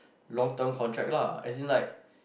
long term contract lah as in like